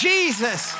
Jesus